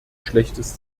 schlechtes